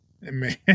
Man